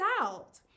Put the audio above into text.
out